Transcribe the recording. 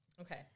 Okay